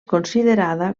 considerada